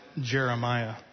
Jeremiah